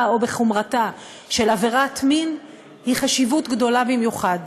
או בחומרתה של עבירת מין יש חשיבות גדולה במיוחד.